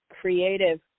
creative